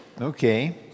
Okay